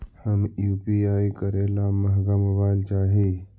हम यु.पी.आई करे ला महंगा मोबाईल चाही?